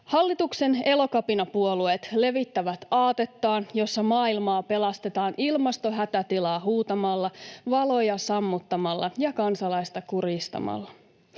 Hallituksen elokapinapuolueet levittävät aatettaan, jossa maailmaa pelastetaan ilmastohätätilaa huutamalla, valoja sammuttamalla ja kansalaista kurjistamalla.